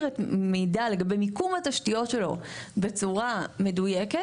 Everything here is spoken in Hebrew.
מידע לגבי מיקום התשתיות שלו בצורה מדויקת,